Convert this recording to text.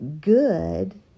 good